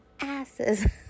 asses